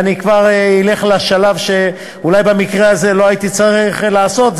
ואני כבר אלך לשלב שאולי במקרה הזה לא הייתי צריך לעשות,